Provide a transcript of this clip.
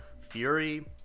Fury